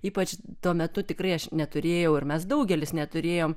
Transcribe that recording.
ypač tuo metu tikrai aš neturėjau ir mes daugelis neturėjom